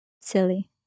silly